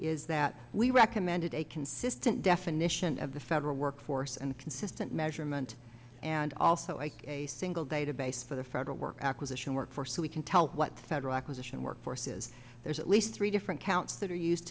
is that we recommended a consistent definition of the federal workforce and consistent measurement and also a a single database for the federal work acquisition workforce so we can tell what the federal acquisition workforce is there's at least three different counts that are used